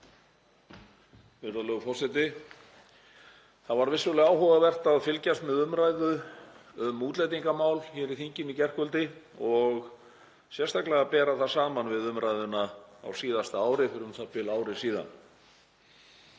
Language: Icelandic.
Það var vissulega áhugavert að fylgjast með umræðu um útlendingamál hér í þinginu í gærkvöldi og sérstaklega að bera það saman við umræðuna á síðasta ári, fyrir u.þ.b. ári.